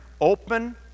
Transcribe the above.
open